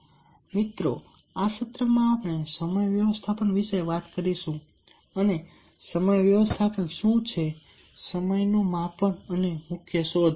મિત્રો આ સત્રમાં આપણે સમય વ્યવસ્થાપન વિશે વાત કરીશું અને સમય વ્યવસ્થાપન શું છે સમયનું માપન અને મુખ્ય શોધ